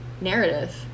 narrative